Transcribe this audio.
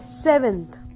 Seventh